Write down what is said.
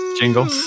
Jingle